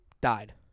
died